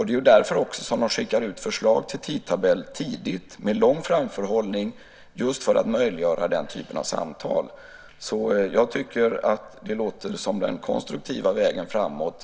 Det är också därför som de skickar ut förslag till tidtabell tidigt, med lång framförhållning, just för att möjliggöra den typen av samtal. Jag tycker att det låter som den konstruktiva vägen framåt.